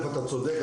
אתה צודק,